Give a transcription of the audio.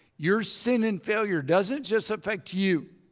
your sin and failure doesn't just affect you